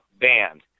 banned